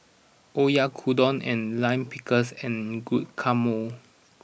Oyakodon and Lime Pickles and Guacamole